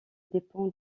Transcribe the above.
dépend